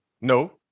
No